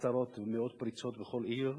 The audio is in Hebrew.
עשרות ומאות פריצות בכל עיר,